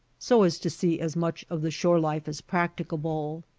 so as to see as much of the shore life as practicable.